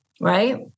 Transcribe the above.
right